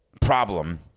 problem